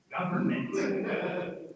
Government